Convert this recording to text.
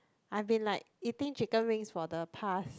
I've been like eating chicken wings for the past